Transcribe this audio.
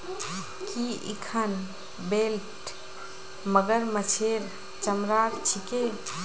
की इखन बेल्ट मगरमच्छेर चमरार छिके